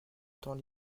temps